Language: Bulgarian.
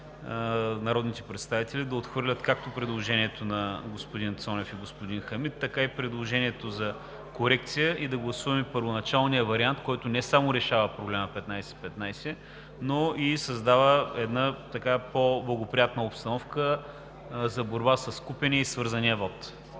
народните представители да отхвърлят както предложението на господин Цонев и господин Хамид, така и предложението за корекция, и да гласуваме първоначалния вариант, който не само решава проблема 15/15, но и създава една по-благоприятна обстановка за борба с купения и свързания вот.